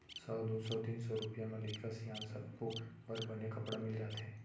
सौ, दू सौ, तीन सौ रूपिया म लइका सियान सब्बो बर बने कपड़ा मिल जाथे